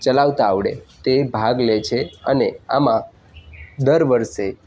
ચલાવતા આવડે તે ભાગ લે છે અને આમાં દર વર્ષે